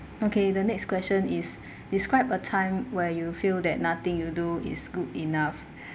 okay the next question is describe a time where you feel that nothing you do is good enough